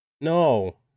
No